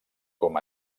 com